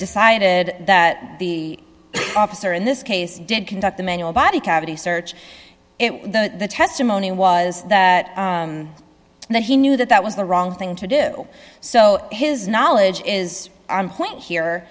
decided that the officer in this case did conduct the manual body cavity search the testimony was that that he knew that that was the wrong thing to do so his knowledge is on point here